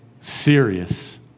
serious